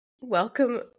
welcome